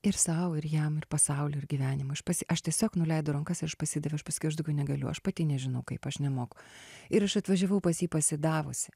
ir sau ir jam ir pasauliui ir gyvenimui aš pasi aš tiesiog nuleidau rankasir aš pasidaviau aš pasakiau aš daugiau negaliu aš pati nežinau kaip aš nemoku ir aš atvažiavau pas jį pasidavusi